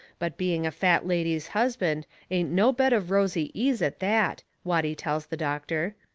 but being a fat lady's husband ain't no bed of rosy ease at that, watty tells the doctor.